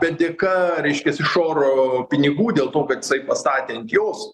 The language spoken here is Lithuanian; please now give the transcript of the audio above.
bet dėka reiškias iš oro pinigų dėl to kad jisai pastatė ant jos